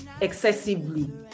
excessively